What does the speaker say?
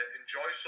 enjoy